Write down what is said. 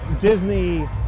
Disney